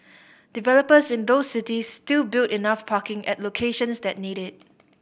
developers in those cities still build enough parking at locations that need it